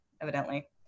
evidently